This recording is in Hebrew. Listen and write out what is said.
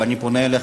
ואני פונה אליך,